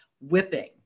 whipping